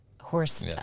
horse